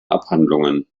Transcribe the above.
abhandlungen